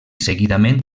seguidament